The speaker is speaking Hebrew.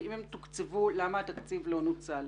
ואם הם תוקצבו למה התקציב לא נוצל.